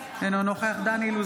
אינו נוכח דן אילוז,